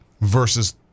versus